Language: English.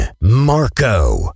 Marco